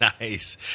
Nice